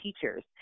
teachers